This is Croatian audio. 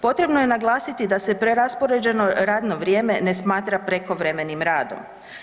Potrebno je naglasiti da se preraspoređeno radno vrijeme ne smatra prekovremenim radom.